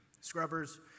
scrubbers